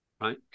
Right